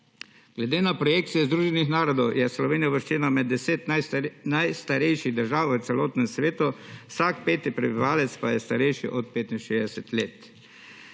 Glede na projekcije Združenih narodov je Slovenija uvrščena med 10 najstarejših držav v celotnem svetu, vsak peti prebivalec pa je starejši od 65 let.